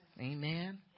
amen